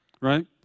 right